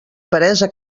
peresa